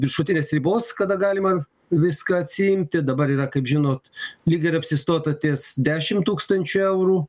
viršutinės ribos kada galima viską atsiimti dabar yra kaip žinot lyg ir apsistota ties dešim tūkstančių eurų